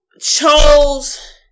chose